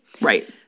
Right